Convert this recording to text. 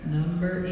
Number